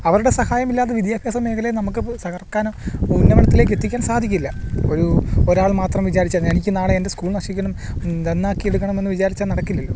അവരുടെ സഹായമില്ലാതെ വിദ്യാഭ്യാസ മേഖലയെ നമുക്ക് തകർക്കാനോ ഉന്നമനത്തിലേക്ക് എത്തിക്കാൻ സാധിക്കില്ല ഒരു ഒരാൾ മാത്രം വിചാരിച്ചാൽ എനിക്ക് നാളെ എൻ്റെ സ്കൂൾ നശിക്കണം നന്നാക്കിയെടുക്കണം എന്നു വിചാരിച്ചാൽ നടക്കില്ലല്ലോ